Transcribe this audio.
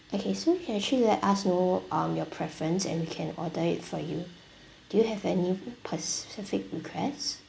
okay so you can actually let us know um your preference and we can order it for you do you have any specific requests